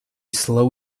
slow